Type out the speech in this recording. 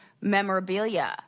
memorabilia